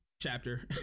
chapter